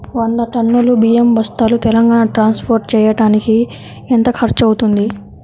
వంద టన్నులు బియ్యం బస్తాలు తెలంగాణ ట్రాస్పోర్ట్ చేయటానికి కి ఎంత ఖర్చు అవుతుంది?